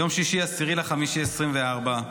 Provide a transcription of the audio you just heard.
יום שישי, 10 במאי 2024,